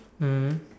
mm